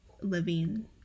living